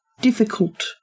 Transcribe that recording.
difficult